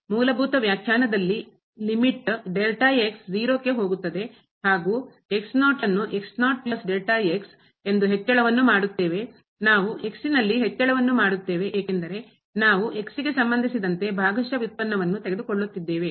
ಮೂಲಭೂತ ವ್ಯಾಖ್ಯಾನದಲ್ಲಿ ಲಿಮಿಟ್ ಮಿತಿ 0 ಕ್ಕೆ ಹೋಗುತ್ತದೆ ಹಾಗೂ ಎಂದು ಹೆಚ್ಚಳವನ್ನು ಮಾಡುತ್ತೇವೆ ನಾವು ನಲ್ಲಿ ಹೆಚ್ಚಳವನ್ನು ಮಾಡುತ್ತೇವೆ ಏಕೆಂದರೆ ನಾವು x ಗೆ ಸಂಬಂಧಿಸಿದಂತೆ ಭಾಗಶಃ ವ್ಯುತ್ಪನ್ನವನ್ನು ತೆಗೆದುಕೊಳ್ಳುತ್ತಿದ್ದೇವೆ